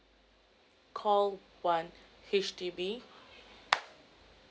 call one H_D_B